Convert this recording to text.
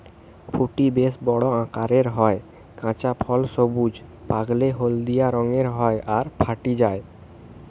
ফুটি বেশ বড় আকারের হয়, কাঁচা ফল সবুজ, পাকলে হলদিয়া রঙের হয় আর ফাটি যায়